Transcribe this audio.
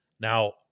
Now